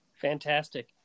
Fantastic